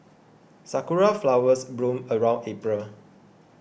sakura flowers bloom around April